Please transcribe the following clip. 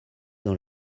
dans